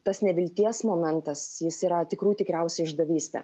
tas nevilties momentas jis yra tikrų tikriausia išdavystė